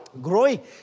growing